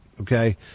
Okay